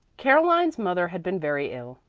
caroline's mother had been very ill,